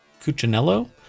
cuccinello